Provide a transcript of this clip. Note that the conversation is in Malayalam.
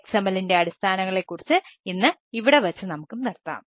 XML ൻറെ അടിസ്ഥാനങ്ങളെ കുറിച്ച് ഇന്ന് ഇവിടെ വച്ച് നമുക്ക് നിർത്താം